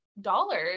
dollars